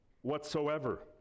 Whatsoever